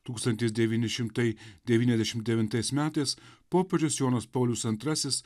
tūkstantis devyni šimtai devyniasdešim devintais metais popiežius jonas paulius antrasis